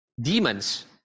demons